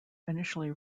initially